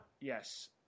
Yes